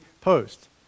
post